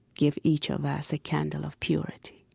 give each of us a candle of purity,